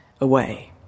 away